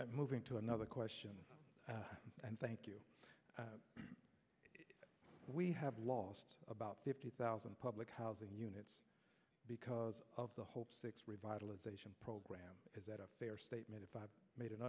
money moving to another question and thank you we have lost about fifty thousand public housing units because of the whole six revitalization program is that a fair statement if i've made an